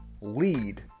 lead